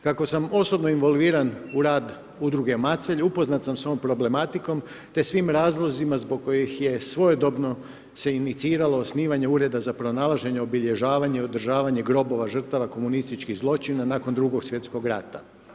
Kako sam osobno involviran u rad udruge Macelj, upoznat sam s ovom problematikom, te svim razlozima zbog koji je svojedobno se iniciralo osnivanja ureda za pronalaženje obilježavanje i održavanja grobova žrtava komunističkog zločina nakon 2.sv.rata.